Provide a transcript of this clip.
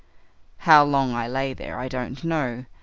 how long i lay there i don't know,